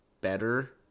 better